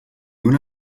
una